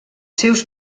seus